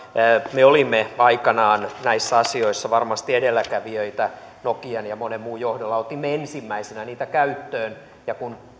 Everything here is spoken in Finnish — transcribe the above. me olimme aikanaan näissä asioissa varmasti edelläkävijöitä nokian ja monen muun johdolla otimme ensimmäisenä niitä käyttöön ja kun